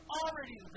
already